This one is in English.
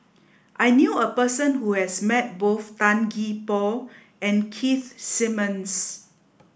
I knew a person who has met both Tan Gee Paw and Keith Simmons